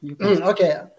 okay